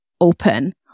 open